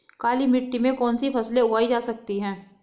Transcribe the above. काली मिट्टी में कौनसी फसलें उगाई जा सकती हैं?